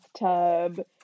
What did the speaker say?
bathtub